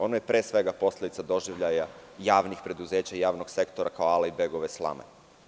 Ono je pre svega posledica doživljaja javnih preduzeća i javnog sektora kao ale i begove slame.